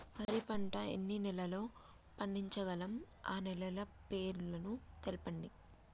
వరి పంట ఎన్ని నెలల్లో పండించగలం ఆ నెలల పేర్లను తెలుపండి?